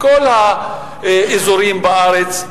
מכל האזורים בארץ,